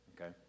okay